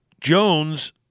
Jones